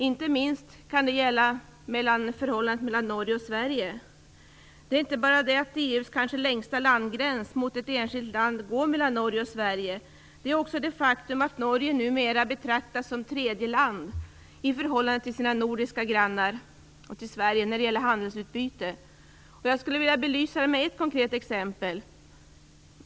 Inte minst kan detta komma att gälla förhållandet mellan Norge och Sverige. Det är inte bara så att EU:s kanske längsta landgräns mot ett enskilt land går mellan Norge och Sverige. Det är också så att Norge numera betraktas som tredje land i förhållande till sina nordiska grannar inklusive Sverige när det gäller handelsutbyte. Jag skulle vilja belysa detta med ett konkret exempel.